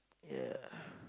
ya